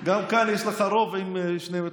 גם כאן יש לך רוב, עם שני מתנגדים.